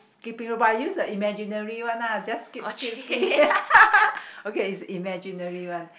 skipping rope but I use a imaginary one ah just skip skip skip okay it's imaginary one